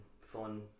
fun